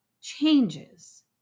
changes